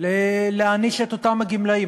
להעניש את אותם הגמלאים.